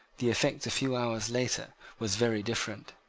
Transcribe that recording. the effect a few hours later was very different.